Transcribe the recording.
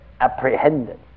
apprehended